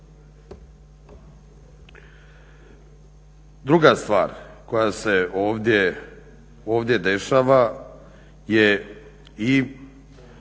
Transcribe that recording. Druga stvar koja se ovdje dešava je i